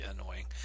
annoying